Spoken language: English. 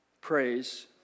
praise